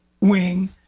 Wing